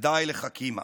ודי לחכימא",